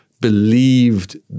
believed